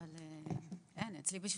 אבל בשבילי,